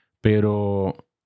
Pero